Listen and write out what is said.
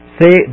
say